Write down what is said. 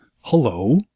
Hello